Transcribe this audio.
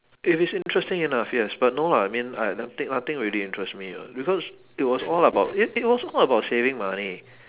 if it's interesting enough yes but no ah I mean I nothing nothing really interests me ah because it was all about it it was all about saving money